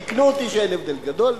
תיקנו אותי שאין הבדל גדול.